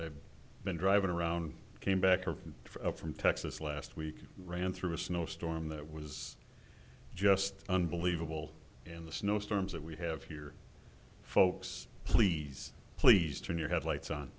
i've been driving around came back from texas last week ran through a snowstorm that was just unbelievable in the snow storms that we have here folks please please turn your headlights